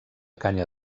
canya